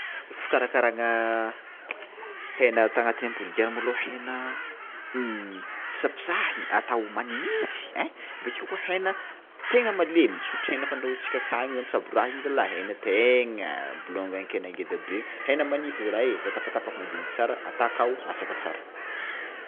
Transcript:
Fikarakarana hena ata agnatin'ny hamburger malôha hena fisapisahiny atao magnify hein bakeo koa hena tegna malemy, tsy ôhatry hena fandrahoatsika akagny amy tsaboraha igny zalah hena tegna bolongan-kena ngeda be, hena manify zalah, voatapatapaky madiniky tsara atao akao masaka tsara.